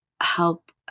help